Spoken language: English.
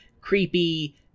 creepy